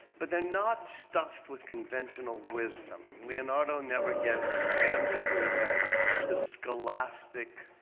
but they're not stuffed with conventional wisdom. leonardo never gets jammed into his head the scholastic